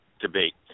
debate